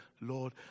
Lord